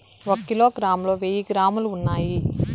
ఒక కిలోగ్రామ్ లో వెయ్యి గ్రాములు ఉన్నాయి